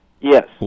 Yes